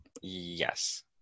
Yes